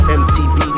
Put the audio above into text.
mtv